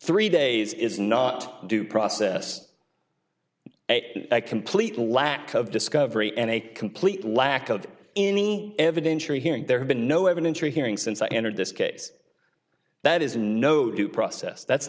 three days is not due process complete lack of discovery and a complete lack of any evidentiary hearing there have been no evidence or hearing since i entered this case that is no due process that's